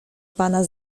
pana